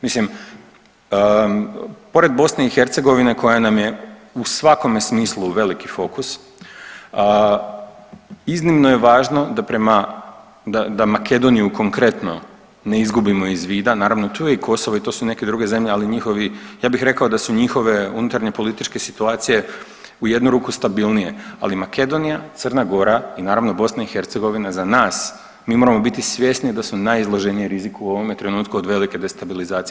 Mislim pored BiH koja nam je u svakome smislu veliki fokus iznimno je važno da prema, da Makedoniju konkretno ne izgubimo iz vida, naravno tu je i Kosovo i tu su i neke druge zemlje, ali njihovi, ja bih rekao da su njihove unutarnje političke situacije u jednu ruku stabilnije, ali Makedonija, Crna Gora i naravno BiH za nas, mi moramo biti svjesni da su najizloženije riziku u ovome trenutku od velike destabilizacije.